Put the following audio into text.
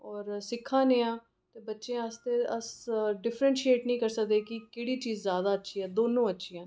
और सिक्खै ने आं ते बच्चे आस्तै अस डिफ्रेंशिएट नेईं करी सकदे कि केह्ड़ी चीज जैदा अच्छी ऐ दोनो अच्छियां